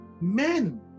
Men